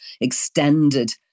extended